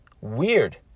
weird